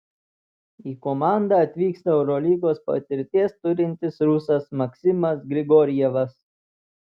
į komandą atvyksta eurolygos patirties turintis rusas maksimas grigorjevas